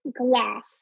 glass